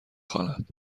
خواند